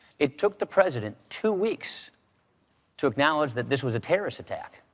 it took the president two weeks to acknowledge that this was a terrorist attack.